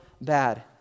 bad